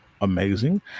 amazing